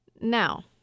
Now